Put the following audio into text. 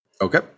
Okay